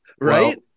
Right